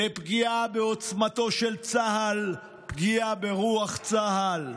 לפגיעה בעוצמתו של צה"ל, פגיעה ברוח צה"ל,